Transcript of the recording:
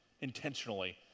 intentionally